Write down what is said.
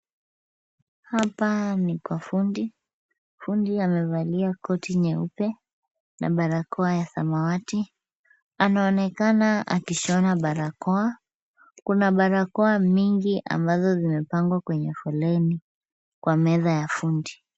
Hapa ni kwa fundi , fundi amevalia koti nyeupe na barakoa ya samawati. Anaonekana akishona barakoa. Kuna barakoa mingi ambazo zimepangwa kwenye foleni kwa meza ya fundi.